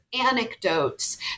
anecdotes